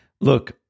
look